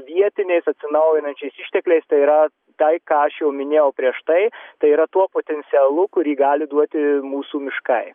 vietiniais atsinaujinančiais ištekliais tai yra tai ką aš jau minėjau prieš tai tai yra tuo potencialu kurį gali duoti mūsų miškai